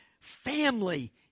family